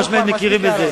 חד-משמעית מכירים בזה.